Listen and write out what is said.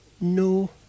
No